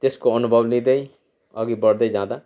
त्यसको अनुभव लिँदै अघि बढ्दै जाँदा